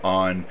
on